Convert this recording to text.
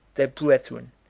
their brethren,